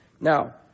Now